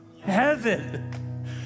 Heaven